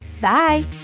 Bye